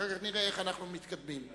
ואחר כך נראה איך אנחנו מתקדמים.